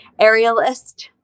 Aerialist